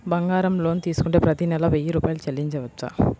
బంగారం లోన్ తీసుకుంటే ప్రతి నెల వెయ్యి రూపాయలు చెల్లించవచ్చా?